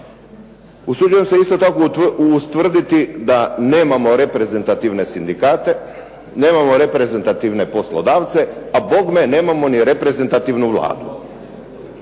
Usuđujem se isto tako ustvrditi nemamo reprezentativne sindikate nemamo reprezentativne poslodavce a bogme nemamo ni reprezentativnu Vladu.